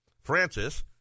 Francis